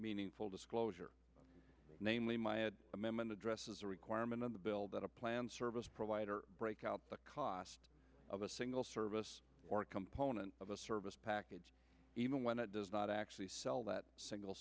meaningful disclosure namely my amendment addresses a requirement in the bill that a planned service provider break out the cost of a single service or a component of a service package even when it does not actually sell that single